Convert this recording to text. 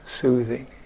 soothing